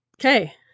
Okay